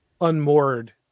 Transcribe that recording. unmoored